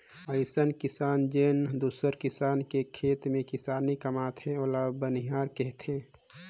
अइसन किसान जेन दूसर किसान के खेत में किसानी कमाथे ओला बनिहार केहथे